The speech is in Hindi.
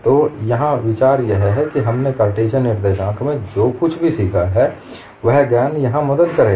तो यहाँ विचार यह है कि हमने कार्टेशियन निर्देशांक में जो कुछ भी सीखा है वह ज्ञान यहाँ भी मदद करेगा